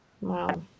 Wow